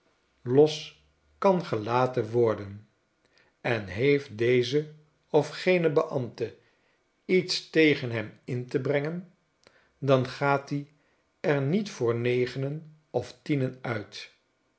los kan gelaten worden en heeft deze of gene beambte iets tegen hem in te brengen dan gaat i er niet voor negenen of tienen uit